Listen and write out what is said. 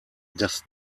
das